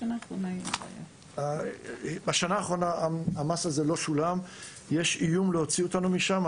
בשנה האחרונה המס הזה לא שולם ויש איום להוציא אותנו משם.